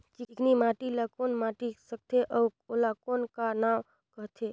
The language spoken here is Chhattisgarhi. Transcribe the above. चिकनी माटी ला कौन माटी सकथे अउ ओला कौन का नाव काथे?